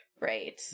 Right